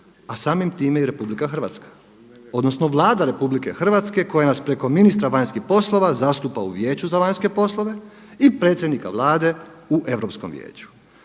a samim time i RH, odnosno Vlada RH koja nas preko ministra vanjskih poslova zastupa u Vijeću za vanjske poslove i predsjednika Vlade u Europskom vijeću.